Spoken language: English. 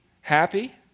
happy